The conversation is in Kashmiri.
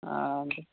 آ